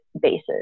bases